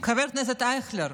חבר הכנסת אייכלר,